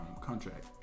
contract